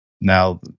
Now